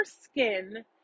skin